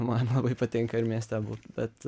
man labai patinka ir mieste būt bet